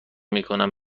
میکنن